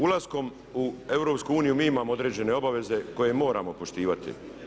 Ulaskom u EU mi imamo određene obaveze koje moramo poštivati.